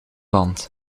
band